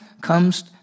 comes